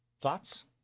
thoughts